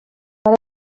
per